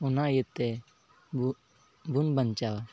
ᱚᱱᱟ ᱤᱭᱟᱹᱛᱮ ᱵᱚᱱ ᱵᱟᱧᱪᱟᱣᱟ